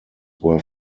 were